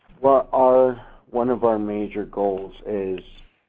what our one of our major goals is,